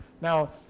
Now